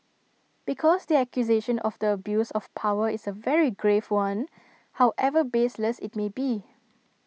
because the accusation of the abuse of power is A very grave one however baseless IT may be